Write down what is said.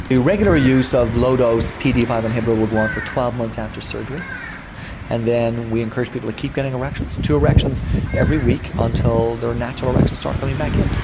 the regular use of low dose p d e five inhibitor will go on for twelve months after surgery and then we encourage people to keep getting erections two erections every week until their natural erections start coming back in.